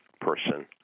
person